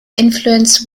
influence